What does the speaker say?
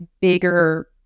bigger